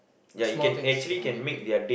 small things big things